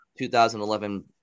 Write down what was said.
2011